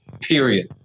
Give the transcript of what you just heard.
period